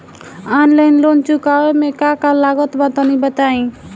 Online loan चुकावे म का का लागत बा तनि बताई?